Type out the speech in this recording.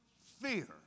fear